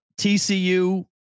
TCU